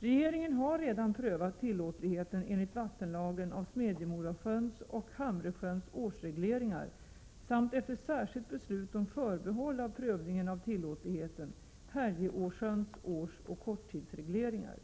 Regeringen har redan prövat tillåtligheten enligt vattenlagen av Smedjemorasjöns och Hamresjöns årsregleringar samt — efter särskilt beslut om förbehåll av prövningen av tillåtligheten — Härjeåsjöns årsoch korttidsregleringar.